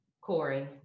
Corey